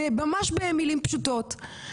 ממש במילים פשוטות.